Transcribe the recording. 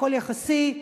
הכול יחסי,